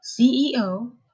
CEO